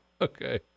Okay